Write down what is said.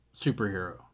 superhero